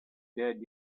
dead